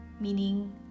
meaning